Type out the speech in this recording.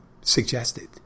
suggested